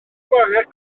sgwariau